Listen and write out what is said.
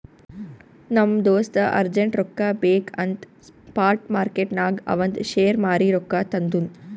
ನಮ್ ದೋಸ್ತ ಅರ್ಜೆಂಟ್ ರೊಕ್ಕಾ ಬೇಕ್ ಅಂತ್ ಸ್ಪಾಟ್ ಮಾರ್ಕೆಟ್ನಾಗ್ ಅವಂದ್ ಶೇರ್ ಮಾರೀ ರೊಕ್ಕಾ ತಂದುನ್